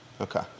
Okay